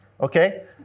okay